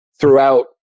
throughout